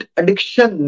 addiction